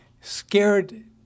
Scared